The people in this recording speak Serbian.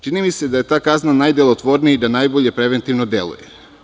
Čini mi se da je ta kazna najdelotvornija i da najbolje preventivno deluje.